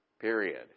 period